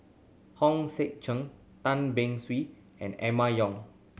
Hong Sek Chern Tan Beng Swee and Emma Yong